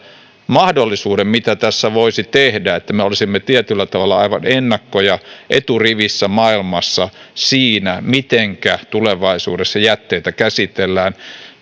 mahdollisuuden mitä tässä voisi tehdä että me olisimme tietyllä tavalla ennakkoon ja aivan eturivissä maailmassa siinä mitenkä tulevaisuudessa jätteitä käsitellään